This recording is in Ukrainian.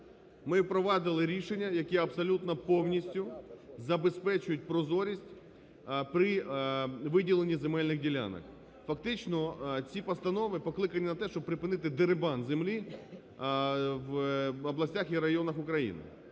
Ми впровадили рішення, які абсолютно повністю забезпечують прозорість при виділенні земельних ділянок. Фактично ці постанови покликані на те, щоб припинити дерибан землі в областях і районах України.